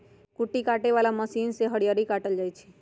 कुट्टी काटे बला मशीन से हरियरी काटल जाइ छै